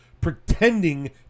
pretending